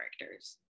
characters